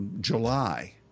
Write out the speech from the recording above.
July